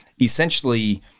essentially